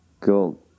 Cool